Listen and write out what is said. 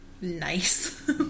nice